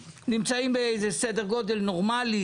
המערכת שאנחנו צריכים לדאוג לה,